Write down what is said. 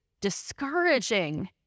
discouraging